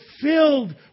filled